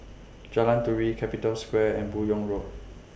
Jalan Turi Capital Square and Buyong Road